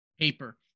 paper